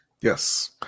Yes